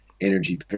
energy